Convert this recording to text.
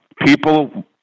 people